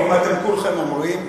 אם כולכם אומרים,